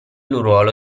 ruolo